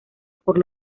por